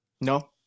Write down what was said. No